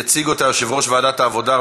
יציג אותה יושב-ראש ועדת העבודה,